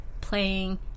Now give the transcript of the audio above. playing